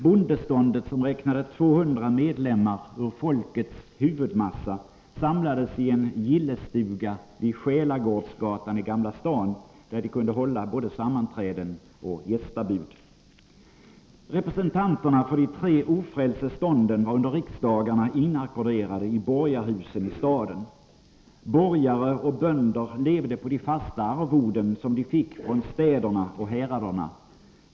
Bondeståndet, som räknade 200 medlemmar ur folkets huvudmassa, samlades i en gillestuga vid Själagårdsgatan i Gamla stan, där de kunde hålla både sammanträden och gästabud. Representanterna för de tre ofrälse stånden var under riksdagarna inackorderade i borgarhusen i staden. Borgare och bönder levde på de fasta arvoden de fick från städerna och häraderna.